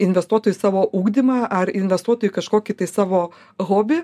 investuotų į savo ugdymą ar investuotų į kažkokį tai savo hobį